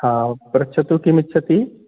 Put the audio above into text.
हां पृच्छतु किम् इच्छति